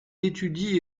étudie